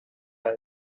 cae